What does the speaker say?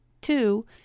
Two